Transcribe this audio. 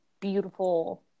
beautiful